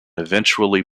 eventually